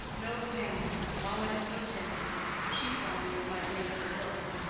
no, thanks. mamma is so timid if she saw me it might make her ill.